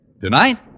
Tonight